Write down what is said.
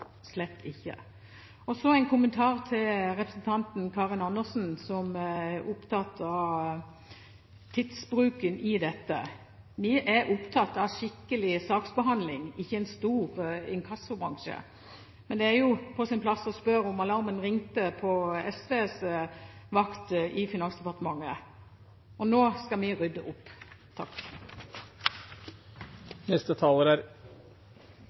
slett ikke. Så en kommentar til representanten Karin Andersen, som er opptatt av tidsbruken i dette. Vi er opptatt av skikkelig saksbehandling, ikke en stor inkassobransje. Men det er jo på sin plass å spørre om alarmen ringte på SVs vakt i Finansdepartementet. Nå skal vi rydde opp!